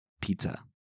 pizza